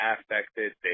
affected